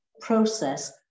process